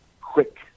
quick